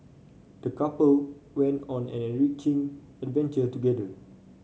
the couple went on an enriching adventure together